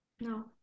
No